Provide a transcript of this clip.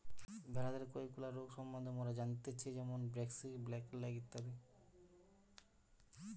ভেড়াদের কয়েকগুলা রোগ সম্বন্ধে মোরা জানতেচ্ছি যেরম ব্র্যাক্সি, ব্ল্যাক লেগ ইত্যাদি